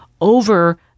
over